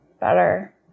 better